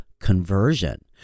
conversion